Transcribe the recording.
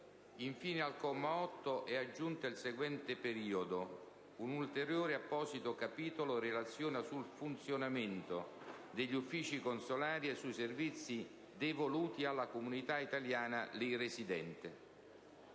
In fine al comma 8 si aggiungerebbe il seguente periodo: «Un ulteriore apposito capitolo relaziona sul funzionamento degli uffici consolari e sui servizi devoluti alla comunità italiana lì residente».